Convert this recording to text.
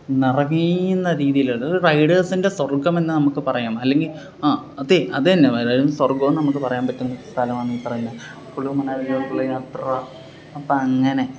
നറകീന്ന രീതിയിലാണ് അത് റൈഡേസിന്റെ സ്വര്ഗ്ഗമെന്ന് നമുക്ക് പറയാം അല്ലെങ്കില് ആ അതെ അത് തന്നെ അതായത് സ്വര്ഗ്ഗമെന്ന് നമുക്ക് പറയാൻ പറ്റുന്ന സ്ഥലമാണ് ഈ പറയുന്ന കുളു മണാലിയിലേക്കുള്ള യാത്ര അപ്പം അങ്ങനെ